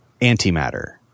antimatter